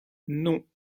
non